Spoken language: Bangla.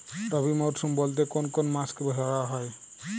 রবি মরশুম বলতে কোন কোন মাসকে ধরা হয়?